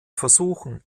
versuchen